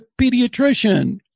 pediatrician